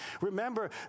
Remember